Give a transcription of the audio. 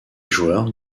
joueurs